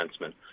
defenseman